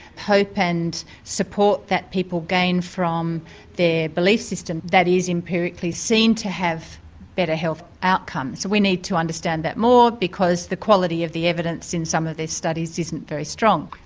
hope and support that people gain from their belief system that is empirically seen to have better health outcomes. so we need to understand that more because the quality of the evidence in some of these studies isn't very strong.